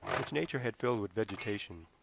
which nature had filled with vegetation.